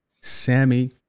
Sammy